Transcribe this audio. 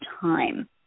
time